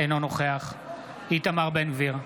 אינו נוכח איתמר בן גביר,